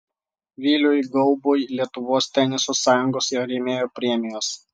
viliui gaubui lietuvos teniso sąjungos ir rėmėjų premijos